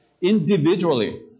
individually